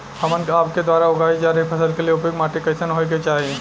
हमन के आपके द्वारा उगाई जा रही फसल के लिए उपयुक्त माटी कईसन होय के चाहीं?